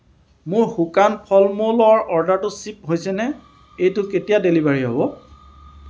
মোৰ শুকান ফল মূলৰ অৰ্ডাৰটো শ্বিপ হৈছেনে এইটো কেতিয়া ডেলিভাৰী হ'ব